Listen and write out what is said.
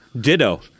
Ditto